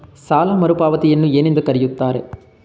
ಸಾಲ ಮರುಪಾವತಿಯನ್ನು ಏನೆಂದು ಕರೆಯುತ್ತಾರೆ?